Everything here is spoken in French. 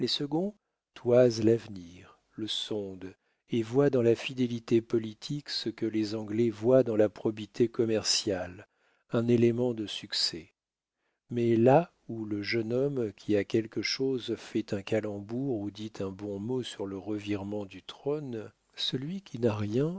toisent l'avenir le sondent et voient dans la fidélité politique ce que les anglais voient dans la probité commerciale un élément de succès mais là où le jeune homme qui a quelque chose fait un calembour ou dit un bon mot sur le revirement du trône celui qui n'a rien